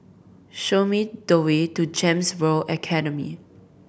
show me the way to GEMS World Academy